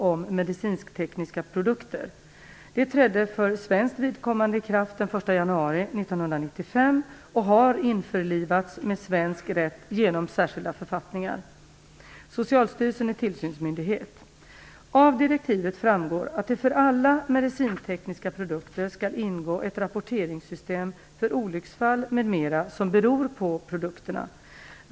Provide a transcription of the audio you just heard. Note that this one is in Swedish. och har införlivats med svensk rätt genom särskilda författningar. Socialstyrelsen är tillsynsmyndighet. Av direktivet framgår att det för alla medicintekniska produkter skall finnas ett rapporteringssystem för olycksfall m.m., som beror på produkterna.